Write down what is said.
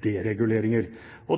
dereguleringer.